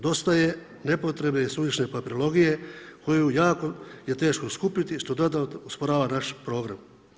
Dosta je nepotrebne i suvišne papirologije koju jako je teško skupiti što dodatno usporava naš program.